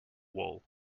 wall